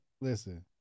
Listen